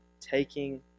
taking